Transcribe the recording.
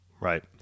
right